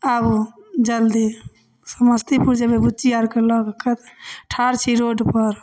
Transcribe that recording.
आबु जल्दी समस्तीपुर जयबै बुच्ची आरके लऽ कऽ ठाढ़ छी रोडपर